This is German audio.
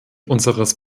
unseres